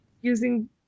using